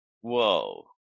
Whoa